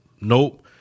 Nope